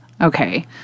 Okay